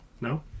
no